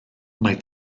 mae